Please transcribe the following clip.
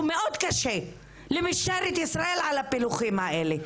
מאוד קשה למשטרת ישראל על הפילוחים האלה.